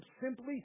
simply